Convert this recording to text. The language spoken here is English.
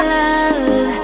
love